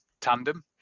tandem